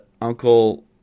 Uncle